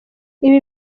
ibi